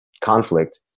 conflict